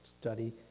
study